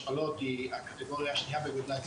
השפלות היא הקטגוריה השנייה בגודלה.